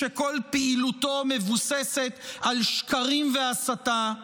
שכל פעילותו מבוססת על שקרים ועל הסתה,